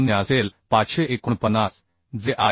549 असेल जे आय